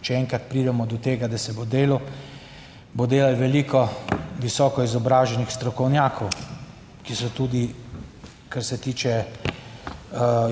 če enkrat, pridemo do tega, da se bo delal, bo delalo veliko visoko izobraženih strokovnjakov, ki so tudi, kar se tiče